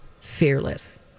Fearless